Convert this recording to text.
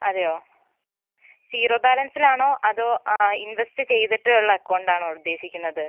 അതെയോ സീറോ ബാലൻസിലാണോ അതോ ഇൻവെസ്റ്റ് ചെയ്തിട്ടുള്ള അക്കൗണ്ടാണോ ഉദ്ദേശിക്കുന്നത്